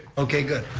okay, good.